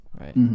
right